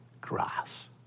grass